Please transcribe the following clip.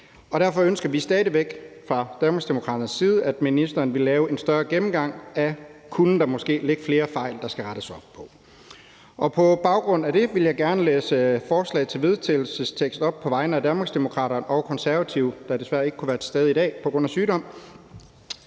Derfor ønsker vi stadig væk fra Danmarksdemokraternes side, at ministeren vil lave en større gennemgang af, om der måske kunne ligge flere fejl, der skal rettes op på. På baggrund af det vil jeg gerne læse et forslag til vedtagelse op på vegne af Danmarksdemokraterne og Konservative, der desværre ikke kunne være til stede i dag på grund af sygdom: